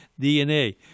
DNA